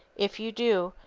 if you do,